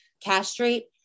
castrate